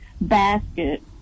basket